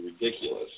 ridiculous